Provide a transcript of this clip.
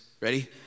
Ready